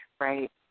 Right